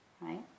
right